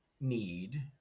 need